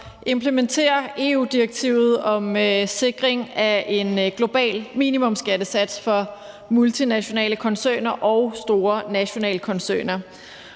implementere EU-direktivet om sikring af en global minimumsskattesats for multinationale koncerner og store nationale koncerner.